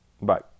bye